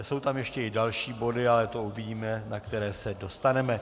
Jsou tam ještě i další body, ale to uvidíme, na které se dostaneme.